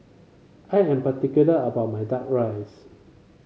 I am particular about my duck rice